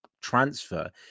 transfer